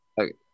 Okay